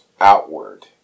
outward